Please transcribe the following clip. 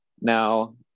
Now